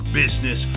business